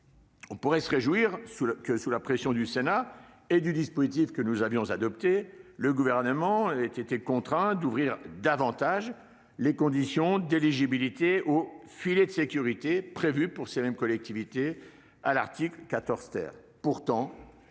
réjouir du fait que, sous la pression du Sénat et du dispositif que nous avions adopté, le Gouvernement ait été contraint d'ouvrir davantage les conditions d'éligibilité au filet de sécurité prévu pour les collectivités territoriales